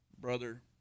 Brother